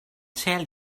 tell